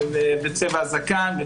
צבע הזקן,